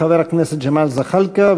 חבר הכנסת ג'מאל זחאלקה,